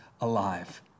alive